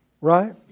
Right